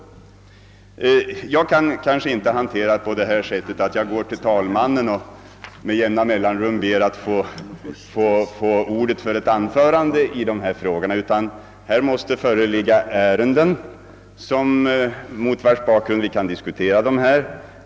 Jag kan emellertid inte med jämna mellanrum gå till talmannen och begära ordet för ett anförande i dessa frågor. Det måste föreligga ett ärende mot vars bakgrund vi kan diskutera dem.